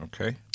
okay